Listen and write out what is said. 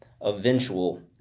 eventual